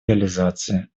реализации